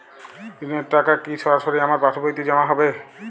ঋণের টাকা কি সরাসরি আমার পাসবইতে জমা হবে?